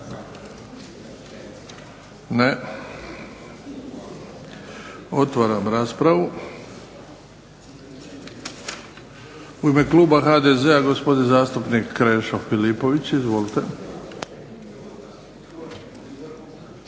Ne. Otvaram raspravu. U ime kluba HDZ-a gospodin zastupnik Krešo Filipović. Izvolite.